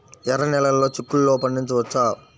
ఎర్ర నెలలో చిక్కుల్లో పండించవచ్చా?